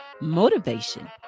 motivation